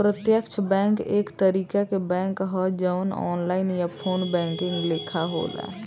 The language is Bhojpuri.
प्रत्यक्ष बैंक एक तरीका के बैंक ह जवन ऑनलाइन या फ़ोन बैंकिंग लेखा होला